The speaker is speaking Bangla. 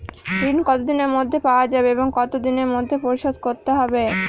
ঋণ কতদিনের মধ্যে পাওয়া যাবে এবং কত দিনের মধ্যে পরিশোধ করতে হবে?